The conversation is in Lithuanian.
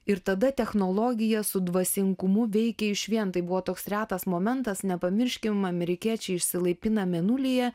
ir tada technologija su dvasingumu veikė išvien tai buvo toks retas momentas nepamirškim amerikiečiai išsilaipina mėnulyje